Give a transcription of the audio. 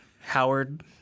Howard